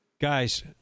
Guys